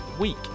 week